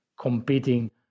competing